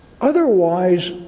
otherwise